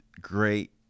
great